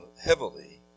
heavily